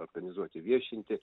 organizuoti viešinti